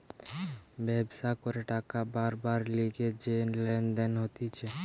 ব্যবসা করে টাকা বারবার লিগে যে লেনদেন হতিছে